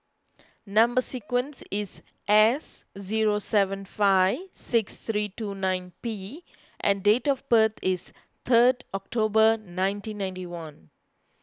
Number Sequence is S zero seven five six three two nine P and date of birth is third October nineteen ninety one